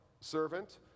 servant